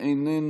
מייד.